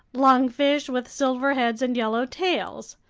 lungfish with silver heads and yellow tails,